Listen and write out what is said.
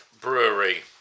brewery